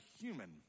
human